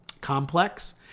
Complex